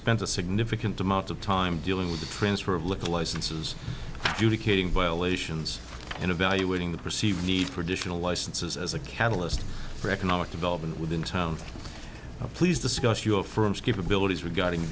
spent a significant amount of time dealing with the transfer of liquor licenses to the king violations and evaluating the perceived need for additional licenses as a catalyst for economic development within town please discuss your firm's capabilities regarding